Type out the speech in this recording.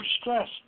stress